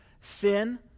sin